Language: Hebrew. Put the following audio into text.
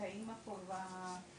את האמא פה במסך,